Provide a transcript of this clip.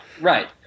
right